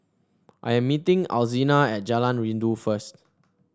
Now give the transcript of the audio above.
I am meeting Alzina at Jalan Rindu first